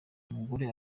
umugore